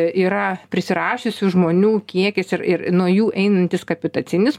yra prisirašiusių žmonių kiekis ir ir nuo jų einantis kapitacinis